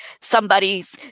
somebody's